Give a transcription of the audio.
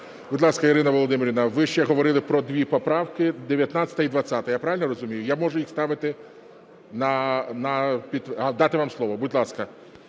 Будь ласка, Ірина Володимирівна, ви ще говорили про дві поправки – 19 і 20. Я правильно розумію? Я можу їх ставити на підтвердження? Дати вам слово. Будь ласка,